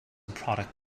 product